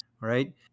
right